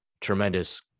tremendous